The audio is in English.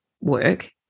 work